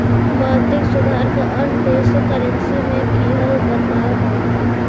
मौद्रिक सुधार क अर्थ देश क करेंसी में किहल बदलाव हौ